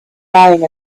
lying